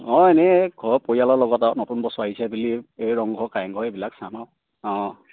অঁ এনেই ঘৰ পৰিয়ালৰ লগত আৰু নতুন বছৰ আহিছে বুলি এই ৰংঘৰ কাৰেংঘৰ এইবিলাক চাম আৰু অঁ